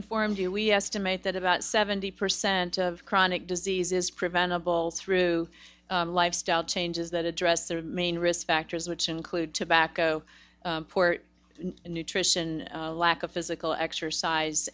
informs you we estimate that about seventy percent of chronic disease is preventable through lifestyle changes that address the main risk factors which include tobacco poor nutrition lack of physical exercise